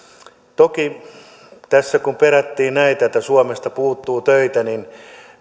tässä kun perättiin sitä että suomesta puuttuu töitä niin